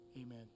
Amen